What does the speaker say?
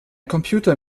computer